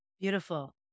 Beautiful